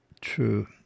True